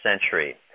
century